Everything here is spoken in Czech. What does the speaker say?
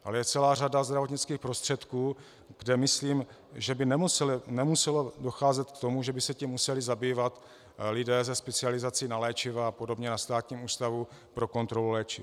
Ale je celá řada zdravotnických prostředků, kde myslím, že by nemuselo docházet k tomu, že by se tím museli zabývat lidé se specializací na léčiva a podobně na Státním ústavu pro kontrolu léčiv.